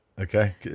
Okay